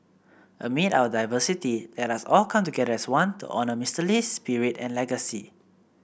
amid our diversity let us all come together as one to honour Mister Lee's spirit and legacy